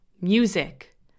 music